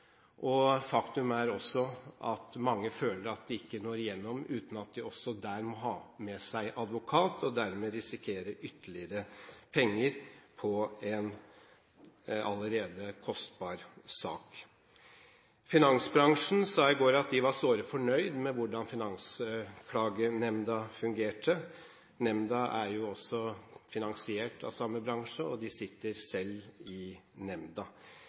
Faktum er også at mange føler at de ikke når igjennom uten at de også der må ha med seg advokat – og dermed risikerer ytterligere penger på en allerede kostbar sak. Finansbransjen sa i går at de var såre fornøyd med hvordan Finansklagenemnda fungerte. Nemnda er finansiert av samme bransje, og de sitter selv i nemnda.